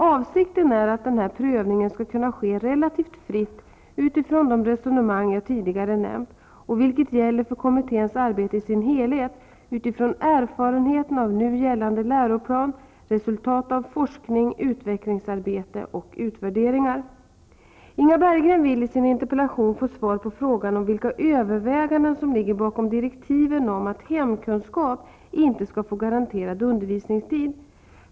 Avsikten är att denna prövning skall kunna ske relativt fritt utifrån de resonemang jag tidigare nämnt och, vilket gäller för kommitténs arbete i sin helhet, utifrån efarenheter av nu gällande läroplan, resultat av forskning, utvecklingsarbete och utvärderingar. Inga Berggren vill i sin interpellation få svar på frågan om vilka överväganden som ligger bakom direktiven om att hemkunskap inte skall få garanterad undervisningstid.